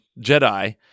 Jedi